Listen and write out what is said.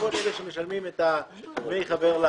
לכל אלה שמשלמים את דמי החבר.